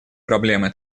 проблемы